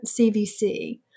CVC